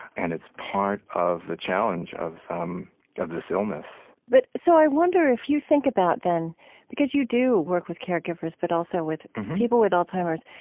and it's part of the challenge of um of this illness but so i wonder if you think about then because you do work with caregivers but also with people with alzheimer's.